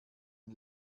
ein